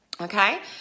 okay